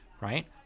right